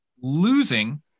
losing